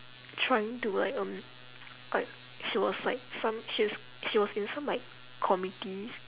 trying to like um like she was like some she was she was in some like committees